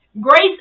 Grace